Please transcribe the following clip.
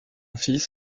fils